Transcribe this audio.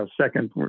second